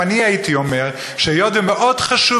אם אני הייתי אומר שהיות שמאוד חשוב